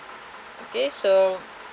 okay so